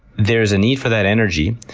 there's a need for that energy,